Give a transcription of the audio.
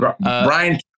Brian